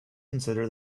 consider